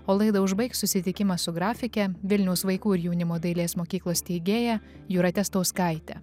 o laidą užbaigs susitikimas su grafike vilniaus vaikų ir jaunimo dailės mokyklos steigėja jūrate stauskaite